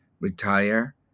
retire